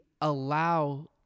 allow